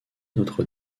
notre